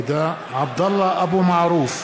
(קורא בשמות חברי הכנסת) עבדאללה אבו מערוף,